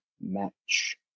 match